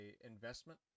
investment